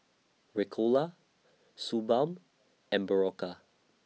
Ricola Suu Balm and Berocca